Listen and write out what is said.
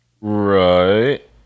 Right